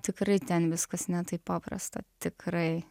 tikrai ten viskas ne taip paprasta tikrai